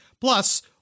Plus